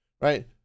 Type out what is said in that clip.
right